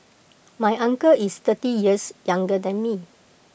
my uncle is thirty years younger than me